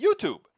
YouTube